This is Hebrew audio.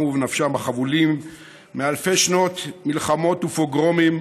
ובנפשם החבולים מאלפי שנות מלחמות ופוגרומים